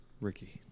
Ricky